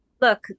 Look